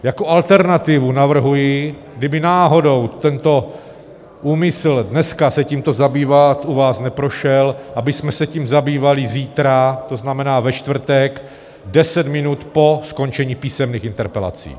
Jako alternativu navrhuji, kdyby náhodou tento úmysl dneska se tímto zabývat u vás neprošel, abychom se tím zabývali zítra, to znamená ve čtvrtek, 10 minut po skončení písemných interpelací.